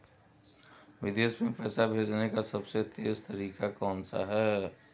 विदेश में पैसा भेजने का सबसे तेज़ तरीका कौनसा है?